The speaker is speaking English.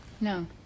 No